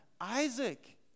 Isaac